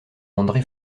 andré